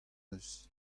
eus